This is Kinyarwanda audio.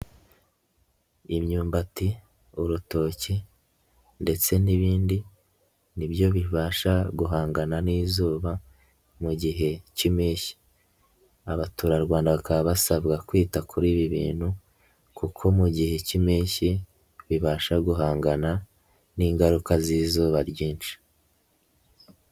Imyumbati urutoki ndetse n'ibindi nibyo bibasha guhangana n'izuba mu gihe k'impeshyi. Abaturarwanda bakaba basabwa kwita kuri ibi bintu kuko mu gihe k'impeshyi bibasha guhangana n'ingaruka z'izuba ryinshi.